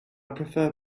prefer